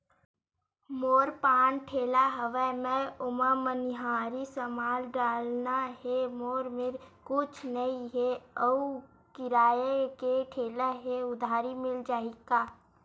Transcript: मोर पान ठेला हवय मैं ओमा मनिहारी समान डालना हे मोर मेर कुछ नई हे आऊ किराए के ठेला हे उधारी मिल जहीं का?